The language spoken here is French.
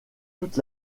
toute